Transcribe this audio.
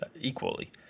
equally